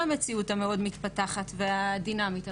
גם מתוך הבנה שיה פה המון היבטים חברתיים.